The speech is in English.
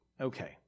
Okay